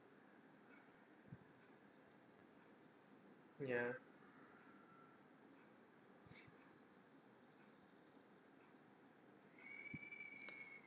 ya